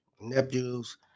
nephews